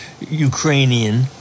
Ukrainian